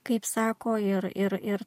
kaip sako ir ir ir